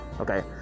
okay